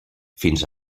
fins